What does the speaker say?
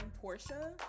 Portia